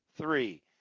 Three